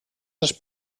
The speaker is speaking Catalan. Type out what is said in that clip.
els